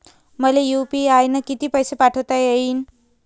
मले यू.पी.आय न किती पैसा पाठवता येईन?